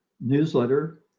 newsletter